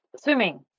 swimming